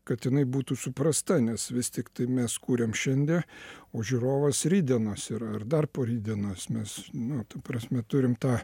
kad jinai būtų suprasta nes vis tiktai mes kuriam šiandien o žiūrovas rytdienos yra ar dar porytdienos mes nu ta prasme turim tą